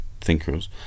thinkers